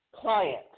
client